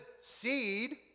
seed